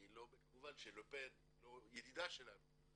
כמובן שלה פן היא לא ידידה שלנו